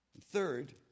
Third